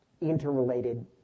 interrelated